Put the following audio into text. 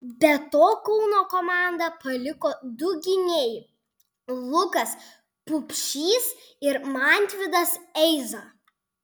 be to kauno komandą paliko du gynėjai lukas pupšys ir mantvydas eiza